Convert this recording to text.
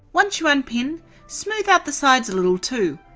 once you unpin, smooth out the sides a little too.